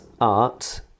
art